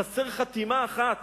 חסרה חתימה אחת